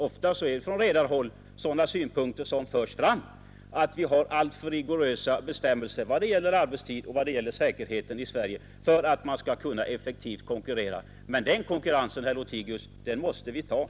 Jag vet att man från redarhåll ofta hävdar att vi i Sverige har alltför rigorösa bestämmelser om arbetstid och säkerhet för att vi skall konkurrera effektivt, men den olägenheten måste vi ta, herr Lothigius.